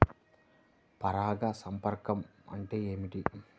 పరాగ సంపర్కం అంటే ఏమిటి?